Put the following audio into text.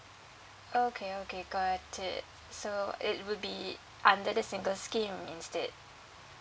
okay okay got it so it will be under the singles scheme instead